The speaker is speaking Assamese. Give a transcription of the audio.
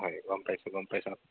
হয় গম পাইছোঁ গম পাইছোঁ